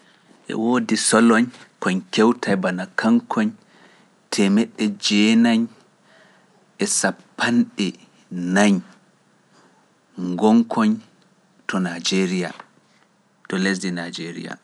E woodi soloñ koñ kewtae bana kankoñ temedde jeenayi e sappo e nayi ngonkoñ to Najeriya, to lesdi Najeriya. (Nine hundfred and fourteen)